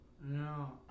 No